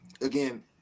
again